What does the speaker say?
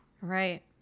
Right